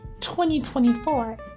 2024